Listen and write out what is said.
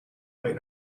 might